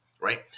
right